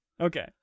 okay